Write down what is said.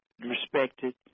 respected